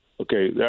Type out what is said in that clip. Okay